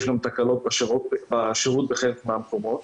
יש גם תקלות בשירות בחלק המקומות.